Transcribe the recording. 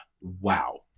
wow